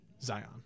Zion